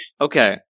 Okay